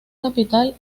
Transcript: capital